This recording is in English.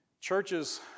churches